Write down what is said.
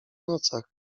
nocach